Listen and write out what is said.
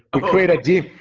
um create a gym.